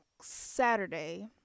saturday